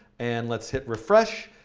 and let's hit refresh.